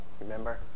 remember